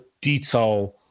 detail